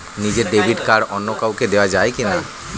নিজের debit card অন্য কাউকে দেওয়া যায় কি না?